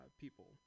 people